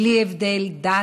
בלי הבדל דת,